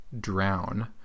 Drown